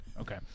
okay